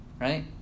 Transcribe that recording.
right